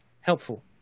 helpful